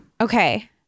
Okay